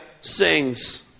sings